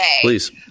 please